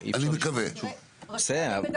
הם סעיפים שהם אחרי תכנית מאושרת,